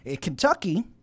Kentucky